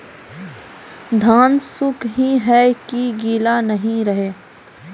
धान सुख ही है की गीला नहीं रहे?